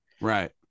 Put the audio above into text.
Right